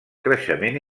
creixement